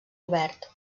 obert